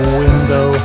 window